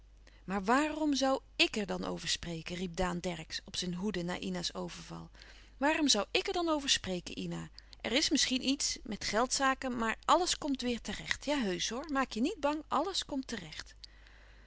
maar waarom zoû ik er dan over spreken riep daan dercksz op zijn hoede na ina's overval waarom zoû ik er dan over spreken ina er is misschien iets met geldzaken maar alles komt weêr terecht ja heusch hoor maak je niet bang alles komt terecht